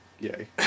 yay